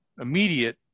immediate